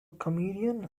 comedian